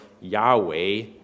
Yahweh